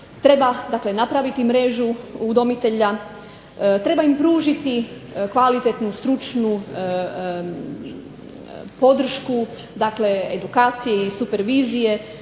dakle napraviti mrežu udomitelja. Treba im pružiti kvalitetnu, stručnu podršku. Dakle, edukacije i supervizije.